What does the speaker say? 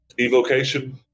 Evocation